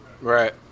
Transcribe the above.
Right